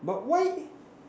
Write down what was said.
but why